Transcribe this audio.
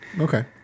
Okay